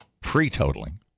pre-totaling